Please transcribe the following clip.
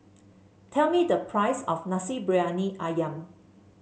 tell me the price of Nasi Briyani ayam